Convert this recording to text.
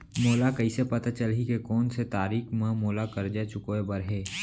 मोला कइसे पता चलही के कोन से तारीक म मोला करजा चुकोय बर हे?